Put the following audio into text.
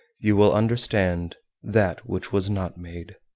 you will understand that which was not made.